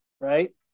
Right